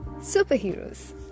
Superheroes